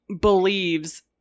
believes